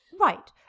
Right